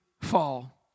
fall